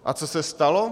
A co se stalo?